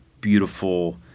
beautiful